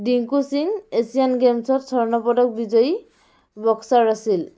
Dingko Singh Asian গেমছ্ত স্বৰ্ণপদক বিজয়ী বক্সাৰ আছিল